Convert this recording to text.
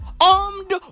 Armed